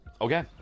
Okay